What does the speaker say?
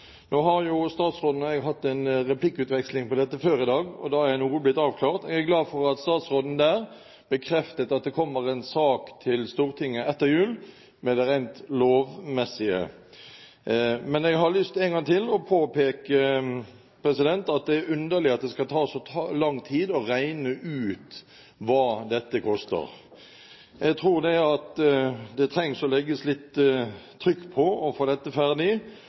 Nå har jo statsråden og jeg hatt en replikkutveksling på dette før i dag, og da ble noe avklart. Jeg er glad for at statsråden bekreftet at det kommer en sak til Stortinget etter jul om det rent lovmessige. Men jeg har en gang til lyst til å påpeke at det er underlig at det skal ta så lang tid å regne ut hva dette koster. Jeg tror det trengs å legges litt trykk på for å få det ferdig.